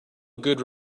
good